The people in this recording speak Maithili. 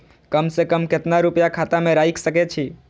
कम से कम केतना रूपया खाता में राइख सके छी?